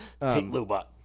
Lobot